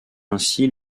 ainsi